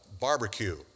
barbecue